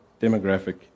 demographic